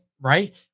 right